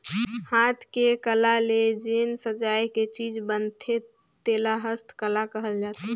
हाथ के कला ले जेन सजाए के चीज बनथे तेला हस्तकला कहल जाथे